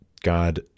God